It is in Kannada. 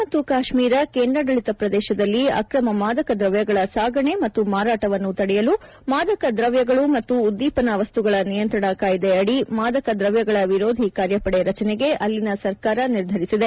ಜಮ್ನು ಮತ್ತು ಕಾಶ್ಮೀರ ಕೇಂದ್ರಾಡಳತ ಪ್ರದೇಶದಲ್ಲಿ ಅಕ್ರಮ ಮಾದಕ ದ್ರವ್ಲಗಳ ಸಾಗಾಣೆ ಮತ್ತು ಮಾರಾಟವನ್ನು ತಡೆಯಲು ಮಾದಕ ದ್ರವ್ಯಗಳು ಮತ್ತು ಉದ್ದೀಪನ ವಸ್ತುಗಳ ನಿಯಂತ್ರಣ ಕಾಯಿದೆ ಅಡಿ ಮಾದಕ ದ್ರವ್ಲಗಳ ವಿರೋಧಿ ಕಾರ್ಯಪಡೆ ರಚನೆಗೆ ಅಲ್ಲಿನ ಸರ್ಕಾರ ನಿರ್ಧರಿಸಿದೆ